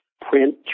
print